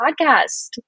podcast